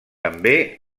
també